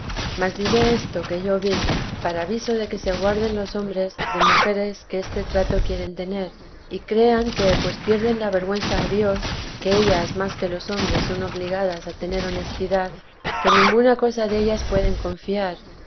diré esto que yo vi para aviso de que se guarden los hombres de mujeres que este trato quieren tener y crean que pues pierden la vergüenza a dios que ellas más que los hombres son obligadas a tener honestidad que ninguna cosa dellas pueden confiar